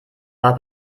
war